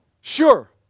Sure